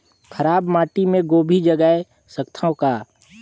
खराब माटी मे गोभी जगाय सकथव का?